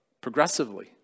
progressively